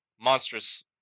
monstrous